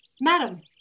Madam